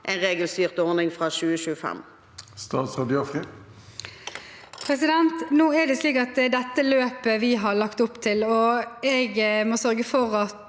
en regelstyrt ordning fra 2025?